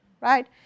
right